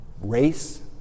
race